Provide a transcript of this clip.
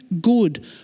good